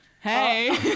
Hey